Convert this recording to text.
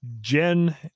Jen